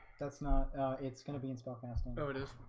that's not it's gonna be in spell cast and so it is